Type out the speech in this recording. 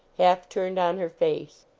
half turned on her face.